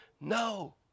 No